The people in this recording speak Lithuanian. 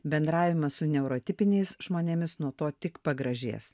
bendravimas su neurotipiniais žmonėmis nuo to tik pagražės